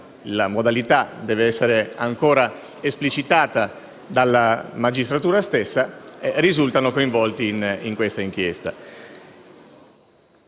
(la modalità deve ancora essere esplicitata dalla magistratura stessa) risultano coinvolti nell'inchiesta.